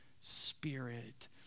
Spirit